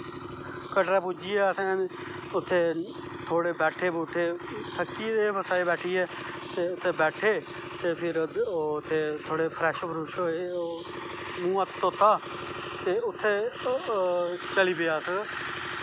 कटरै पुज्जियै उत्थें अस बैठे बूठे थक्की गेदे हे बस्सा च बैठियै ते उत्थें बैठे ते उत्थें फ्रैश प्रुश होए मुंहा हत्थ धोत्ता ते उत्थें चली पे अस